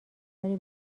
ولی